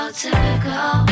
typical